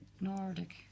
Nordic